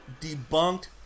debunked